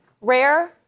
Rare